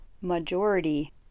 majority